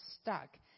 stuck